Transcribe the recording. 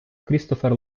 крістофер